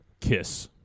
kiss